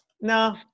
No